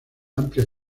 amplia